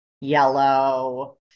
yellow